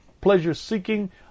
pleasure-seeking